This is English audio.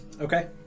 Okay